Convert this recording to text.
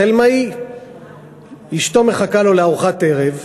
חלמאי, אשתו מחכה לו לארוחת ערב,